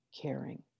caring